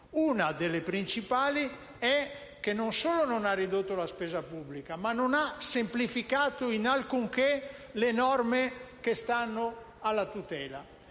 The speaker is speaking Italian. una delle principali è che non solo non ha ridotto la spesa pubblica, ma non ha semplificato in alcun modo le norme che stanno alla tutela.